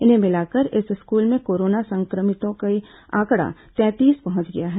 इन्हें मिलाकर इस स्कूल में कोरोना संक्रमितों का आंकड़ा तैंतीस पहुंच गया है